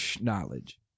Knowledge